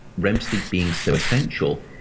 rem sleep being so essential,